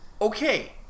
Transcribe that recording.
Okay